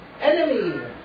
enemy